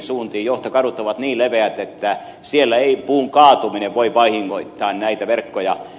johtokadut ovat niin leveät että siellä ei puun kaatuminen voi vahingoittaa näitä verkkoja